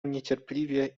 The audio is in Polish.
niecierpliwie